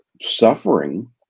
suffering